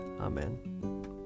Amen